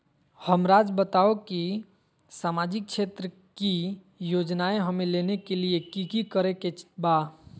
हमराज़ बताओ कि सामाजिक क्षेत्र की योजनाएं हमें लेने के लिए कि कि करे के बा?